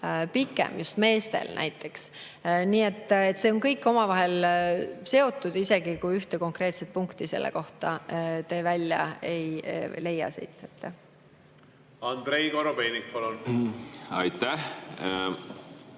pikem, just meestel näiteks. See on kõik omavahel seotud, isegi kui ühte konkreetset punkti selle kohta te siit ei leia. Andrei Korobeinik, palun! Aitäh!